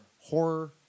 horror